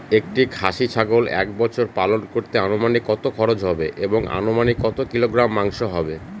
একটি খাসি ছাগল এক বছর পালন করতে অনুমানিক কত খরচ হবে এবং অনুমানিক কত কিলোগ্রাম মাংস হবে?